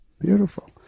Beautiful